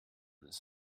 this